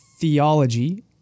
theology